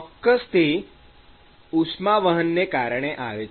ચોક્કસ તે ઉષ્માવહનને કારણે આવે છે